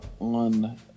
on